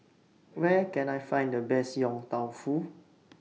Where Can I Find The Best Yong Tau Foo